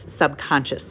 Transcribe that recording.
subconscious